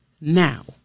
Now